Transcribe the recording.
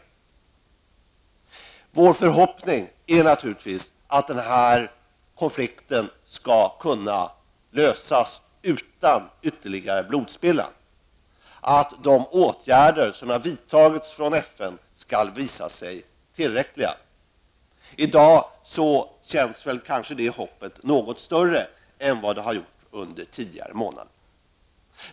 Vår förhoppning är naturligtvis att den här konflikten skall kunna lösas utan ytterligare blodsspillan och att de åtgärder som har vidtagits från FN skall visa sig tillräckliga. I dag känns det hoppet kanske något större än det har gjort under tidigare månader.